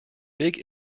big